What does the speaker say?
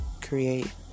create